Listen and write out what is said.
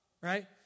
Right